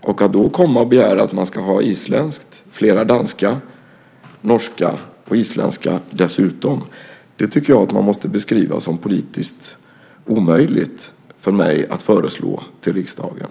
Att då säga att man ska ha isländska och flera danska, norska och finska dessutom tycker jag att man måste beskriva som politiskt omöjligt för mig att föreslå till riksdagen.